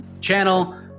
channel